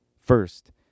First